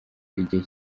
igihe